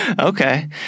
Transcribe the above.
okay